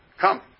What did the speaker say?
come